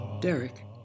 Derek